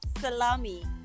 salami